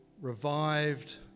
revived